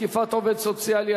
תקיפת עובד סוציאלי),